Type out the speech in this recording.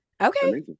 okay